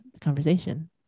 conversation